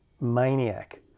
maniac